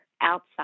outside